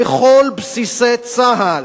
ביקור בכל בסיסי צה"ל",